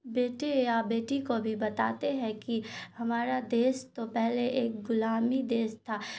بیٹے یا بیٹی کو بھی بتاتے ہیں کہ ہمارا دیس تو پہلے ایک غلامی دیس تھا